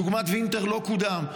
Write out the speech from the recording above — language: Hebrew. דוגמה: וינטר לא קודם.